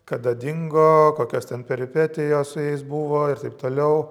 kada dingo kokios ten peripetijos su jais buvo ir taip toliau